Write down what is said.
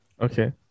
Okay